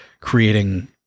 creating